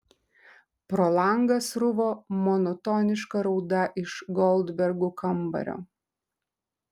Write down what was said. pro langą sruvo monotoniška rauda iš goldbergų kambario